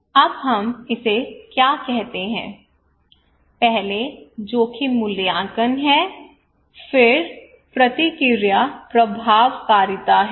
अब हम इसे क्या कहते हैं पहले जोखिम मूल्यांकन है फिर प्रतिक्रिया प्रभावकारिता है